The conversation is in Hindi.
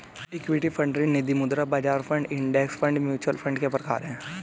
इक्विटी फंड ऋण निधिमुद्रा बाजार fund index fund mutual fund के प्रकार हैं